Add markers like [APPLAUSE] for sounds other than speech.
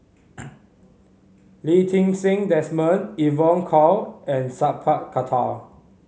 [NOISE] Lee Ti Seng Desmond Evon Kow and Sat Pal Khattar